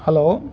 hello